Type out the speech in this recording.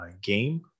game